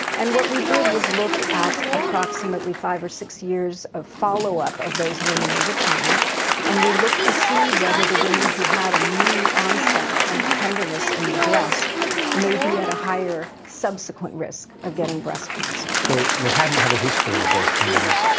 and what we did was look at approximately five or six years of follow up of those women over time and we looked to see whether the women who had a new onset of tenderness in the breast may be at a higher subsequent risk of getting breast cancer. so they hadn't had a history of breast tenderness,